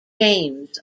james